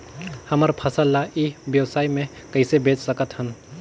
हमर फसल ल ई व्यवसाय मे कइसे बेच सकत हन?